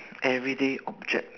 everyday object